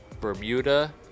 Bermuda